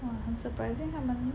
哇很 surprising 它们